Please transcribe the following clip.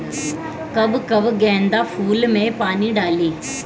कब कब गेंदा फुल में पानी डाली?